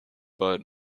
but